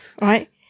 Right